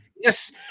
Yes